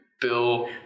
Bill